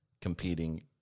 competing